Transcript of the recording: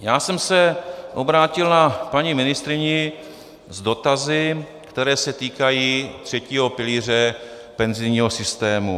Já jsem se obrátil na paní ministryni s dotazy, které se týkají třetího pilíře penzijního systému.